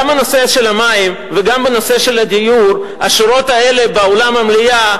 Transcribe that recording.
גם בנושא המים וגם בנושא הדיור השורות האלה באולם המליאה